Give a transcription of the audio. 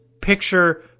picture